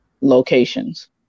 locations